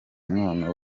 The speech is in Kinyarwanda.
mwana